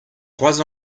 trois